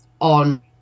on